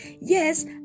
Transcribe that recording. yes